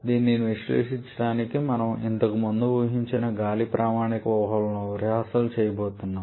దీన్ని విశ్లేషించడానికి మనము ఇంతకుముందు ఊహించిన గాలి ప్రామాణిక ఊహలను రిహార్సల్ చేయబోతున్నాం